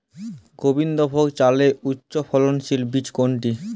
গোবিন্দভোগ চালের উচ্চফলনশীল বীজ কোনটি?